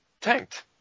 tanked